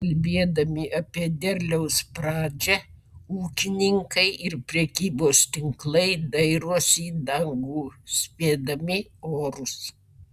kalbėdami apie derliaus pradžią ūkininkai ir prekybos tinklai dairosi į dangų spėdami orus